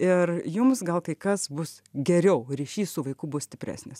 ir jums gal kai kas bus geriau ryšys su vaiku bus stipresnis